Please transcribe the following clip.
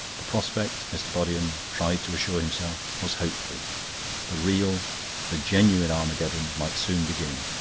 the prospect, mr. bodiham tried to assure himself, was hopeful the real, the genuine armageddon might soon begin,